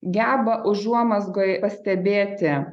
geba užuomazgoj pastebėti